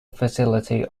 facility